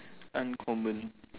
uncommon